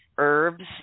Herbs